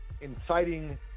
inciting